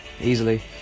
easily